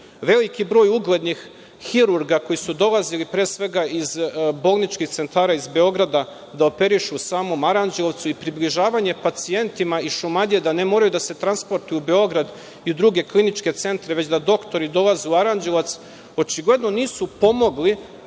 veliki broj uglednih hirurga koji su dolazili pre svega iz bolničkih centara iz Beograda da operišu u samom Aranđelovcu i približavanje pacijentima iz Šumadije da ne moraju da se transportuju u Beograd i druge kliničke centre, već da doktori dolaze u Aranđelovac, očigledno nisu pomogli